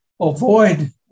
avoid